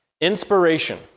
Inspiration